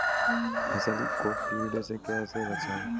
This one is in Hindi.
फसल को कीड़े से कैसे बचाएँ?